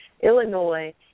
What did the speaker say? Illinois